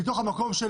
מתוך המקום של